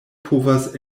povas